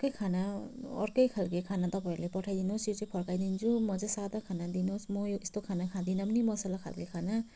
अर्कै खाना अर्कै खालको खाना तपाईँहरूले पठाइदिनुहोस् यो चाहिँ फर्काइदिन्छु म चाहिँ सादा खाना दिनुहोस् म यस्तो खाना खाँदिनँ पनि मसला खालको खाना